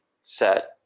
set